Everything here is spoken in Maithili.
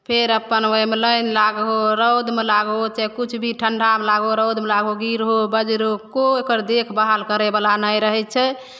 फेर अपन ओहिमे लाइन लागहो रौदमे लागहो चाहे किछु भी ठण्डामे लागहो रौदमे लागहो भीड़ हो बज्जर हो कोइ ओकर देखभाल करैवला नहि रहै छै